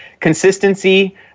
Consistency